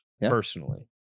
personally